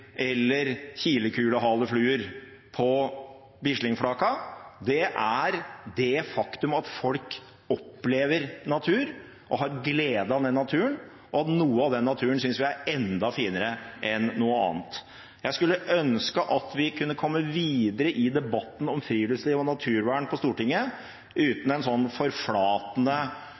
på Bislingflaka. Det er det faktum at folk opplever natur og har glede av den naturen, og at noe av den naturen synes vi er enda finere enn noe annet. Jeg skulle ønske at vi kunne komme videre i debatten om friluftsliv og naturvern på Stortinget uten et sånt forflatende